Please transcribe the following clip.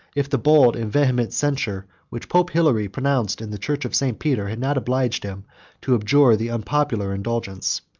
if the bold and vehement censure which pope hilary pronounced in the church of st. peter, had not obliged him to abjure the unpopular indulgence.